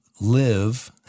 live